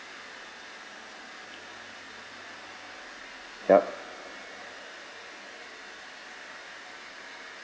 yup